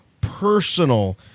personal